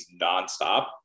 nonstop